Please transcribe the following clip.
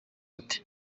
ati